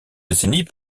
décennies